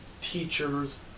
teachers